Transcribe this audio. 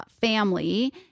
family